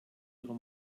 ihrer